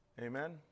Amen